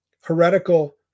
heretical